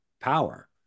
power